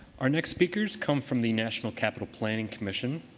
our next speakers come from the national capital planning commission,